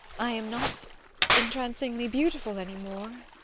i am not entrancingly beautiful any more.